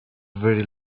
very